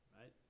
right